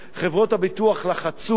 חברות הביטוח לחצו,